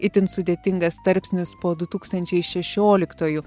itin sudėtingas tarpsnis po du tūkstančiai šešioliktųjų